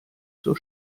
zur